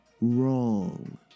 wrong